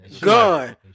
Gun